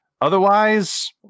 otherwise